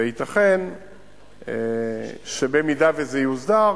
וייתכן שבמידה שזה יוסדר,